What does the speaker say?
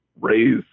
raise